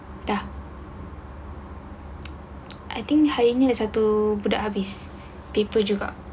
dah I think hari ini ada satu budak habis paper juga